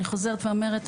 אני חוזרת ואומרת,